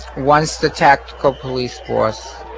once the tactical police force